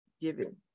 giving